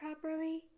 properly